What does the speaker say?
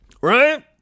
Right